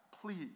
Please